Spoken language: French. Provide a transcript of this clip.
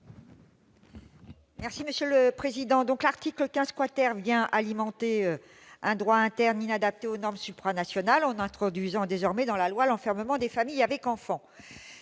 Assassi, sur l'article. L'article 15 vient alimenter un droit interne inadapté aux normes supranationales, en introduisant désormais dans la loi l'enfermement des familles avec enfants.